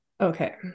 okay